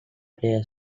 player